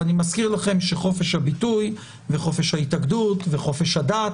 ואני מזכיר לכם שחופש הביטוי וחופש ההתאגדות וחופש הדת